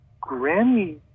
Granny